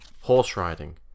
horse-riding